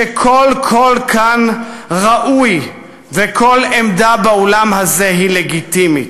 שכל קול כאן ראוי וכל עמדה באולם הזה היא לגיטימית.